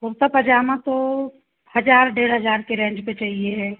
कुर्ता पजामा तो हज़ार डेढ़ हज़ार के रैंज पर चाहिए है